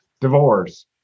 divorce